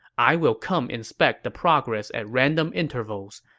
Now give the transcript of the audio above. i will come inspect the progress at random intervals.